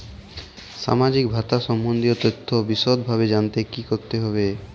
সামাজিক ভাতা সম্বন্ধীয় তথ্য বিষদভাবে জানতে কী করতে হবে?